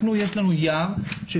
יש לנו יער של